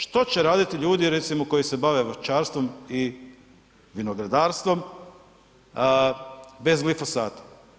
Što će raditi ljudi recimo koji se bave voćarstvom i vinogradarstvom bez glifosata?